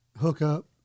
hookup